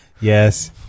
Yes